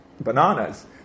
bananas